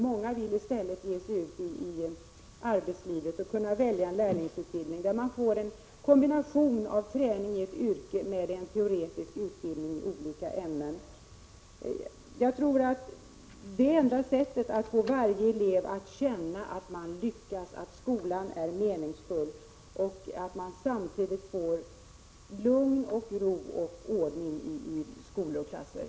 Många vill i stället ge sig ut i arbetslivet, och då behöver de kunna välja en lärlingsutbildning där man får en kombination av träning i ett yrke och en teoretisk utbildning i olika ämnen. Jag tror att ökade valmöjligheter är enda sättet att få varje elev att känna att han eller hon lyckas, att skolan är meningsfull. Det ger samtidigt lugn och ro och ordning i skolor och klasser.